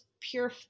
Pure